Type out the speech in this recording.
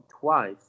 twice